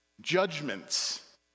Judgments